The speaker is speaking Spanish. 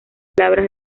palabras